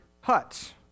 huts